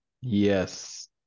Yes